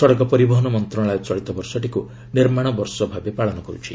ସଡ଼କ ପରିବହନ ମନ୍ତ୍ରଣାଳୟ ଚଳିତ ବର୍ଷଟିକୁ ନିର୍ମାଣ ବର୍ଷ ଭାବେ ପାଳନ କରୁଛି